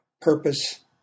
purpose